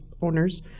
owners